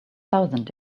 thousand